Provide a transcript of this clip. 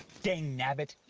dangnabbit!